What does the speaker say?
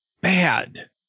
bad